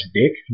dick